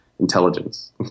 intelligence